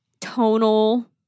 Tonal